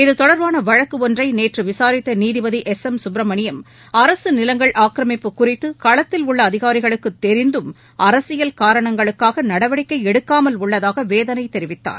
இத்தொடர்பான வழக்கு ஒன்றை நேற்று விசாரித்த நீதிபதி எஸ் எம் சுப்பிரமணியம் அரசு நிலங்கள் ஆக்கிரமிப்பு குறித்து களத்தில் உள்ள அதிகாரிகளுக்கு தெரிந்தும் அரசியல் காரணங்களுக்காக நடவடிக்கை எடுக்காமல் உள்ளதாக வேதனை தெரிவித்தார்